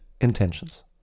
intentions